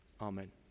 Amen